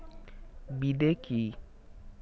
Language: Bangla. বিদে কি?